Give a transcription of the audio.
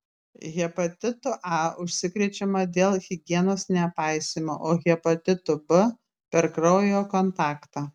hepatitu a užsikrečiama dėl higienos nepaisymo o hepatitu b per kraujo kontaktą